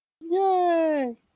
Yay